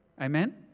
Amen